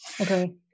Okay